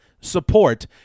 support